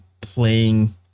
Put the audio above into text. playing